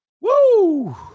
Woo